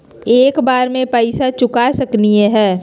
एक बार में पैसा चुका सकालिए है?